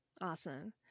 awesome